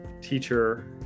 teacher